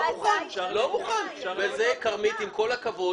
עם כל הכבוד,